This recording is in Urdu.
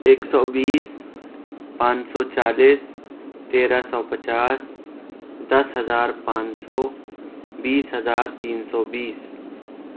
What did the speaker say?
ایک سو بیس پانچ سو چالیس تیرہ سو پچاس دس ہزار پانچ سو بیس ہزار تین سو بیس